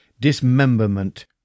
Dismemberment